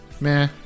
meh